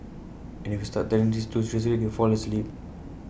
and if you start telling this too seriously they fall asleep